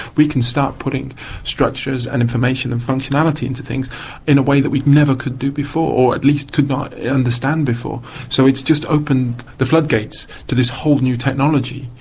we can start putting structures and information and functionality into things in a way that we never could do before, or at least could not understand before. so it has just opened the floodgates to this whole new technology.